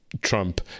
Trump